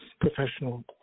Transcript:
professional